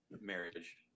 marriage